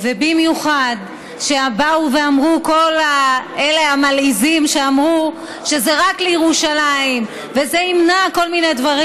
במיוחד שבאו ואמרו כל המלעיזים שזה רק לירושלים וזה ימנע כל מיני דברים.